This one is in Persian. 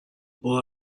برو